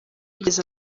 yigeze